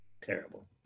terrible